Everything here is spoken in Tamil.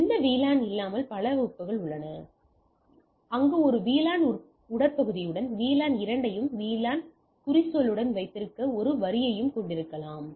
எந்த VLAN இல்லாமல் பல இணைப்பு உள்ளது அங்கு ஒரு VLAN உடற்பகுதியுடன் VLAN இரண்டையும் VLAN குறிச்சொல்லுடன் வைத்திருக்க ஒரு வரியைக் கொண்டிருக்கலாம்